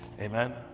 Amen